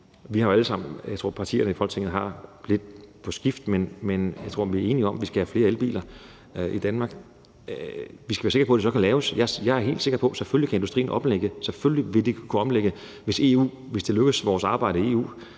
at vi jo alle sammen, partierne i Folketinget, er enige om, at vi skal have flere elbiler i Danmark. Vi skal være sikre på, at de så kan laves. Jeg er helt sikker på, at industrien selvfølgelig vil kunne omlægge sig, hvis og når vores arbejde i EU